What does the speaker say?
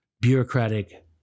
bureaucratic